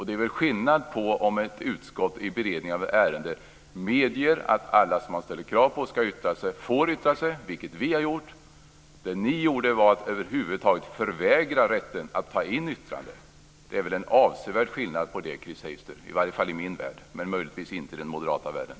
Det är väl skillnad på om ett utskott i beredning av ett ärende medger att alla som man ställer krav på ska yttra sig får yttra sig, vilket vi har gjort, mot när ni över huvud taget förvägrade rätten att ta in yttranden. Det är en avsevärd skillnad, Chris Heister, i alla fall i min värld men möjligtvis inte i den moderata världen.